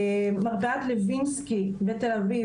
מרפאת לוינסקי בתל אביב,